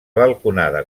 balconada